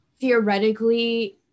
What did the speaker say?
theoretically